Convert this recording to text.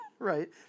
right